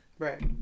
Right